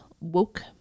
woke